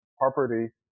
property